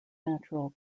natural